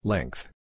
Length